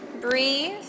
Breathe